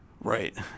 Right